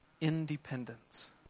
independence